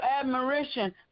admiration